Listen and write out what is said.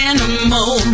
Animal